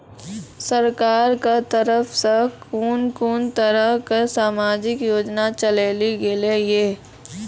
सरकारक तरफ सॅ कून कून तरहक समाजिक योजना चलेली गेलै ये?